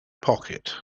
pocket